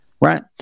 right